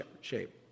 shape